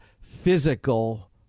physical